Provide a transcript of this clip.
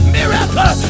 Miracle